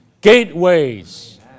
gateways